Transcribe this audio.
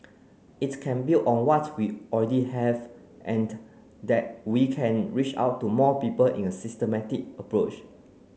it can build on what we already have and that we can reach out to more people in a systematic approach